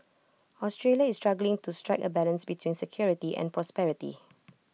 Australia is struggling to strike A balance between security and prosperity